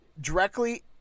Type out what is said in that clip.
directly